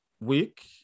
week